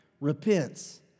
repents